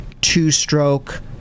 two-stroke